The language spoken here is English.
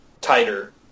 tighter